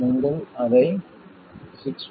நீங்கள் அதை 6